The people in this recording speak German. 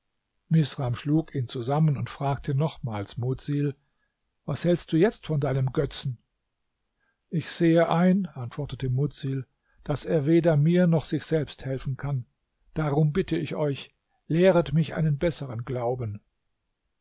misram schlug ihn zusammen und fragte nochmals mudsil was hältst du jetzt von deinem götzen ich sehe ein antwortete mudsil daß er weder mir noch sich selbst helfen kann darum bitte ich euch lehret mich einen besseren glauben